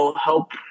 help